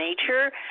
nature